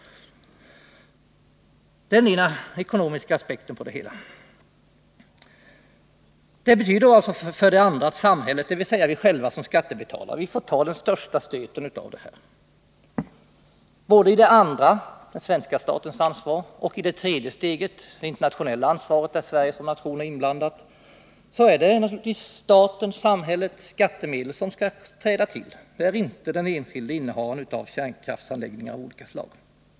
Detta är den ekonomiska aspekten på det hela. Det betyder att samhället, dvs. vi själva som skattebetalare, får ta den hårdaste stöten. Både i det andra — svenska statens ansvar — och det tredje steget — det internationella ansvaret, där Sverige som nation är inblandad — är det naturligtvis staten-samhället som skall träda till med skattemedel, inte den enskilde innehavaren av kärnkraftsanläggningar av olika slag.